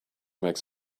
makes